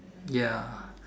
ya